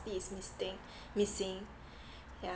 misting missing yeah